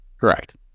Correct